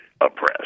oppressed